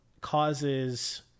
causes